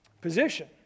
position